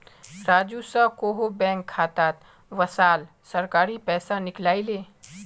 राजू स कोहो बैंक खातात वसाल सरकारी पैसा निकलई ले